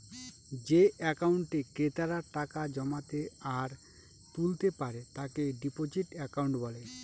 যে একাউন্টে ক্রেতারা টাকা জমাতে আর তুলতে পারে তাকে ডিপোজিট একাউন্ট বলে